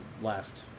left